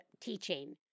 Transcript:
teaching